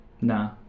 Nah